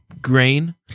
grain